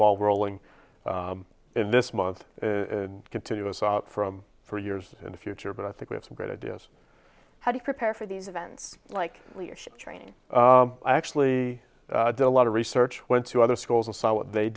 ball rolling in this month in continuous out from for years in the future but i think we have some great ideas how do you prepare for these events like leadership training i actually do a lot of research went to other schools and they